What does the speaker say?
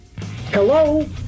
Hello